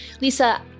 Lisa